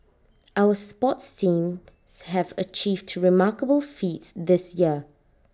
our sports teams have achieved to remarkable feats this year